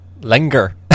linger